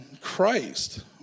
christ